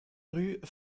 rue